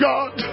God